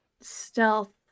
stealth